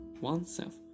oneself